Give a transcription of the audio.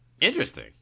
Interesting